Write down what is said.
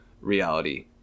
reality